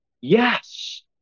Yes